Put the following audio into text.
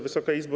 Wysoka Izbo!